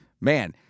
man